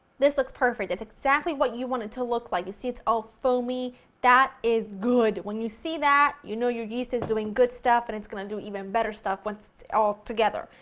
this looks perfect, it's exactly what you want it to look like, you see it's all foamy that is good! when you see that, you know your yeast is doing good stuff and it's going to do even better stuff once it's all together.